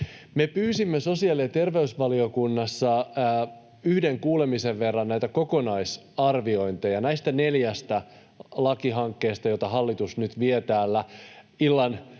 pyysimme sosiaali- ja terveysvaliokunnassa yhden kuulemisen verran kokonaisarviointeja näistä neljästä lakihankkeesta, joita hallitus nyt vie täällä illan